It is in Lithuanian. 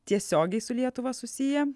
tiesiogiai su lietuva susiję